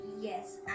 Yes